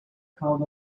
called